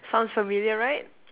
sounds familiar right